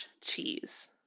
cheese